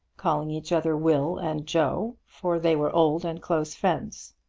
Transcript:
calling each other will and joe for they were old and close friends.